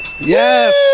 Yes